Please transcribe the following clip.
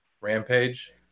Rampage